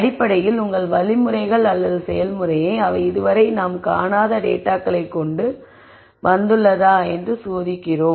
அடிப்படையில் உங்கள் வழிமுறைகள் அல்லது செயல்முறையை அவை இதுவரை நாம் காணாத டேட்டாகளைக் கொண்டு வந்துள்ளனவா என்று சோதிக்கிறீர்கள்